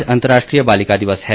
आज अंतर्राष्ट्रीय बालिका दिवस है